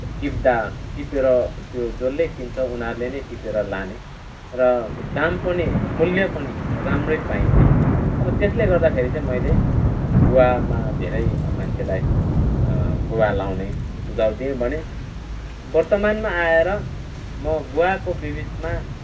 टिप्दा टिपेर त्यो जसले किन्छ उनीहरूले नै टिपेर लाने र दाम पनि मूल्य पनि राम्रै पाइने अब त्यसले गर्दाखेरि चाहिँ मैले गुवामा धेरै मान्छेलाई गुवा लाउने सुझाउ दिएँ भने वर्तमानमा आएर म गुवाको बि बिचमा